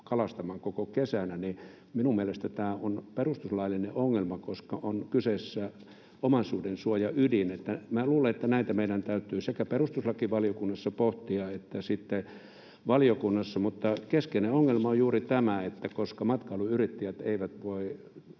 kalastamaan koko kesänä. Minun mielestäni tämä on perustuslaillinen ongelma, koska on kyseessä omaisuudensuojan ydin. Minä luulen, että näitä meidän täytyy pohtia sekä perustuslakivaliokunnassa että valiokunnassa, mutta keskeinen ongelma on juuri tämä, että matkailuyrittäjät eivät voi